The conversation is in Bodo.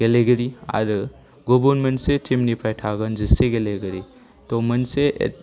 गेलेगिरि आरो गुबुन मोनसे टिमनिफ्राय थागोन जिसे गेलेगिरि ड' मोनसे